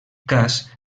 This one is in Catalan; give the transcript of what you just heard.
cas